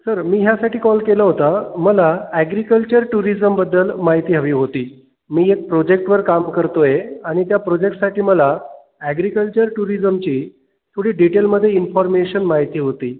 sir मी ह्यासाठी call केला होता मला अॅग्रिकल्चर टुरिजमबद्दल माहिती हवी होती मी एक प्रोजेक्टवर काम करतो आहे आणि त्या प्रोजेक्टसाठी मला अॅग्रिकल्चर टुरिजमची थोडी डिटेलमध्ये इन्फॉर्मेशन माहिती होती